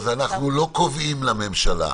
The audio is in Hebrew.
אז אנחנו לא קובעים לממשלה,